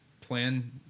Plan